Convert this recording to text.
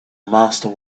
master